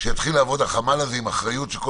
שהחמ"ל הזה יתחיל לעבוד עם אחריות של כל